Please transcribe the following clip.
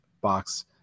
box